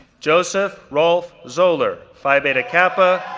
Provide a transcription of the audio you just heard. joseph rolf zoeller, phi beta kappa,